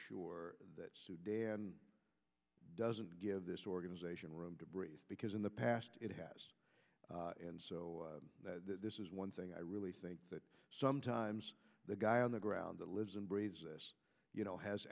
sure that sudan doesn't give this organization room to breathe because in the past it has and so this is one thing i really think that sometimes the guy on the ground that lives and breathes you know has